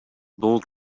bold